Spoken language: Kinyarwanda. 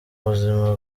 buzima